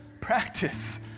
practice